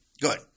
Good